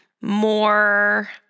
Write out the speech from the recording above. more